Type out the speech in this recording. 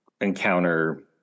encounter